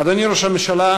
אדוני ראש הממשלה,